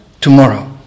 Tomorrow